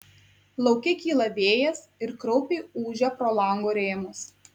lauke kyla vėjas ir kraupiai ūžia pro lango rėmus